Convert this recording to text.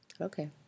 Okay